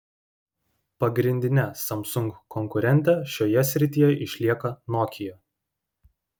pagrindine samsung konkurente šioje srityje išlieka nokia